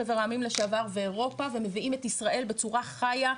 חבר העמים לשעבר ואירופה ומביאים את ישראל בצורה חיה,